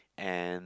and